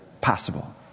possible